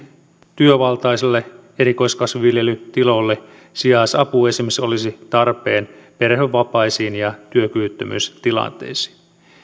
työvaltaisille erikoiskasviviljelytiloille sijaisapu olisi tarpeen esimerkiksi perhevapaisiin ja työkyvyttömyystilanteisiin